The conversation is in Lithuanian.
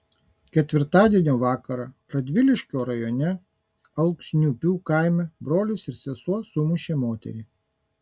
ketvirtadienio vakarą radviliškio rajone alksniupių kaime brolis ir sesuo sumušė moterį